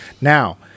Now